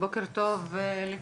בוקר טוב לכולם,